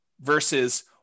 versus